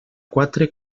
quatre